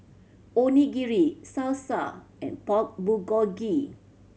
Onigiri Salsa and Pork Bulgogi